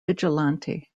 vigilante